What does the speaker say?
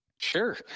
Sure